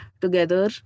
together